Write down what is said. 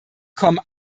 kommen